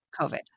COVID